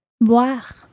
Boire